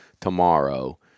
tomorrow